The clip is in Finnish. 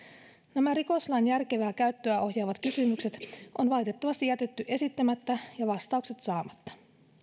nämä rikoslain järkevää käyttöä ohjaavat kysymykset on valitettavasti jätetty esittämättä ja vastaukset saamatta